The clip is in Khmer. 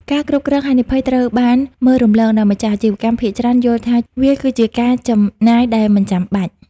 ការគ្រប់គ្រងហានិភ័យត្រូវបានមើលរំលង ដោយម្ចាស់អាជីវកម្មភាគច្រើនយល់ថាវាគឺជាការចំណាយដែលមិនចាំបាច់។